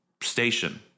station